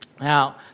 Now